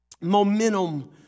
momentum